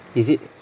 is it